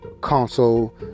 console